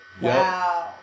Wow